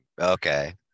Okay